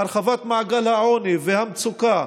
הרחבת מעגל העוני והמצוקה,